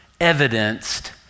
evidenced